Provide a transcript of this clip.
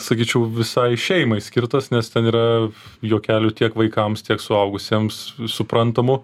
sakyčiau visai šeimai skirtas nes ten yra juokelių tiek vaikams tiek suaugusiems suprantamų